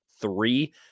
three